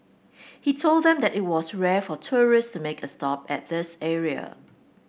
he told them that it was rare for tourists to make a stop at this area